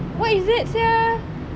what is that sia